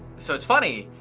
so it's funny,